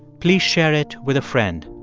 please share it with a friend.